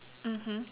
mmhmm